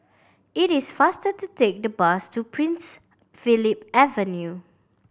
it is faster to take the bus to Prince Philip Avenue